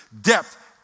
depth